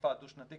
בשאיפה דו שנתי,